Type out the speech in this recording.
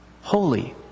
holy